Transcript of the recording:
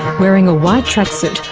wearing a white track-suit,